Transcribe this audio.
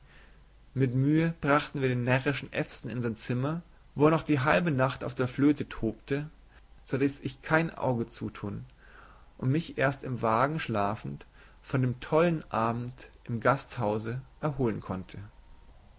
mit mühe brachten wir den närrischen ewson in sein zimmer wo er noch die halbe nacht auf der flöte tobte so daß ich kein auge zutun und mich erst im wagen schlafend von dem tollen abend im gasthause erholen konnte